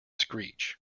screech